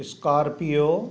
scorpio